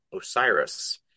Osiris